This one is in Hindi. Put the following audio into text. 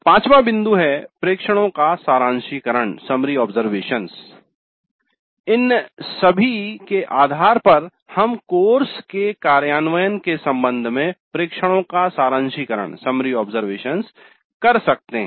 पाचवा बिंदु है प्रेक्षणों का सारांशीकरण इन सभी के आधार पर हम कोर्स के कार्यान्वयन के संबंध में प्रेक्षणों का सारांशीकरण कर सकते हैं